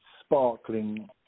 sparkling